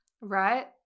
Right